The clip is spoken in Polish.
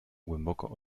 głęboko